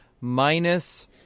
Minus